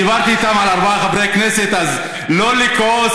דיברתי איתם על ארבעה חברי כנסת, אז לא לכעוס.